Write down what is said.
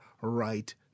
right